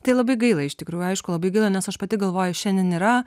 tai labai gaila iš tikrųjų aišku labai gaila nes aš pati galvoju šiandien yra